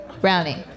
Brownie